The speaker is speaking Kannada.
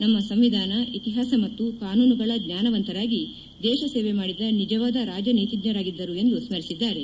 ನಮ್ಮ ಸಂವಿಧಾನ ಇತಿಹಾಸ ಮತ್ತು ಕಾನೂನುಗಳ ಜ್ಞಾನವಂತರಾಗಿ ದೇಶಸೇವೆ ಮಾಡಿದ ನಿಜವಾದ ರಾಜನೀತಿಜ್ಞರಾಗಿದ್ದರು ಎಂದು ಸ್ಕರಿಸಿದ್ದಾರೆ